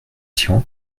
tian